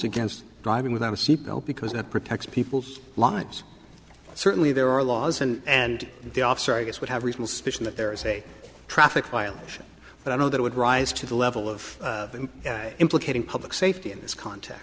against driving without a seatbelt because that protects people's lives certainly there are laws and the officer i guess would have reasonable suspicion that there is a traffic violation but i know that would rise to the level of implicating public safety in this context